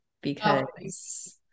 because-